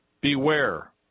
Beware